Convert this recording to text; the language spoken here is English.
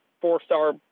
four-star